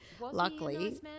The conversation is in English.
luckily